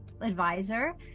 advisor